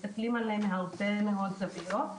מסתכלים עליהם מהרבה מאוד זוויות.